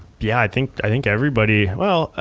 yeah, i think i think everybody. well,